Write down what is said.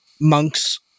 monks